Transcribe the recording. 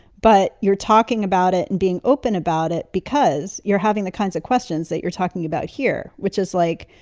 but you're talking about it and being open about it because you're having the kinds of questions that you're talking about here, which is like,